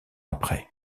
après